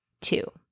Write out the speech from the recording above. two